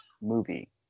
movie